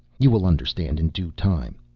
you will understand in due time.